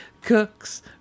Cooks